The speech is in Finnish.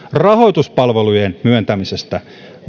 rahoituspalvelujen myöntämisestä